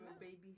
baby